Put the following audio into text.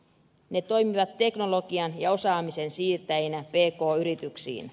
ne toimivat teknologian ja osaamisen siirtäjinä pk yrityksiin